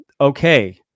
Okay